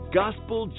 gospel